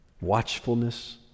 watchfulness